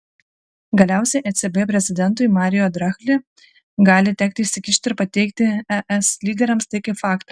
galiausiai ecb prezidentui mario draghi gali tekti įsikišti ir pateikti es lyderiams tai kaip faktą